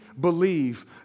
believe